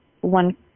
one